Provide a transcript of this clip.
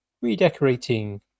redecorating